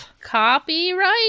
copyright